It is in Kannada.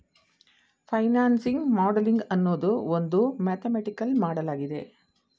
ಫೈನಾನ್ಸಿಂಗ್ ಮಾಡಲಿಂಗ್ ಅನ್ನೋದು ಒಂದು ಮ್ಯಾಥಮೆಟಿಕಲ್ ಮಾಡಲಾಗಿದೆ